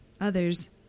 others